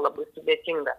labai sudėtinga